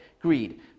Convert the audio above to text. greed